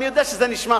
אני יודע שזה נשמע,